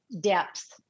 depth